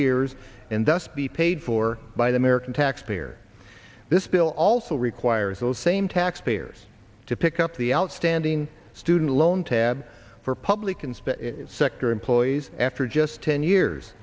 years and thus be paid for by the american taxpayer this bill also requires those same taxpayers to pick up the outstanding student loan tab for public and spend sector employees after just ten years